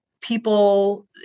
people